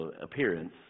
appearance